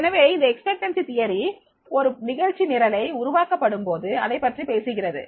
எனவே இந்த எதிர்பார்ப்பு கோட்பாடு ஒரு நிகழ்ச்சி நிரலை உருவாக்கப்படும்போது அதைப் பற்றி பேசுகிறது